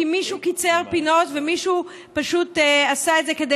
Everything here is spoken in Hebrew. כי מישהו קיצר פינות ומישהו פשוט עשה את זה כדי